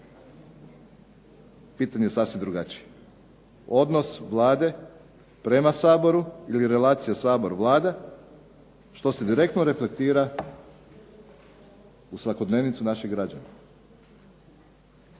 Pitanje je sasvim drugačije. Odnos Vlade prema Saboru ili relacija Sabor-Vlada što se direktno reflektira u svakodnevnicu naših građana.